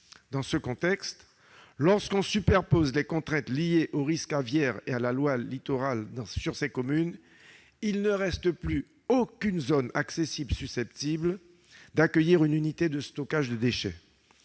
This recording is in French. Dans ce contexte, lorsque les contraintes liées au risque aviaire et à la loi Littoral se conjuguent pour ces communes, il ne reste plus aucune zone accessible susceptible d'accueillir une unité de stockage de déchets.